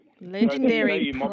Legendary